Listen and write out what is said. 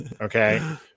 Okay